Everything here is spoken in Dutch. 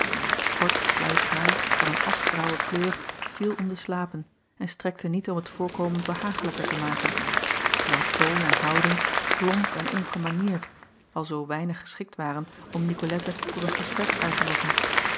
ort sluik haar van een aschgraauwe kleur viel om de slapen en strekte niet om het voorkomen behaaglijker te maken terwijl toon en houding plomp en ongemanierd alzoo weinig geschikt waren om icolette tot een gesprek uit te lokken